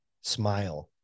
smile